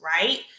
right